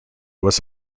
was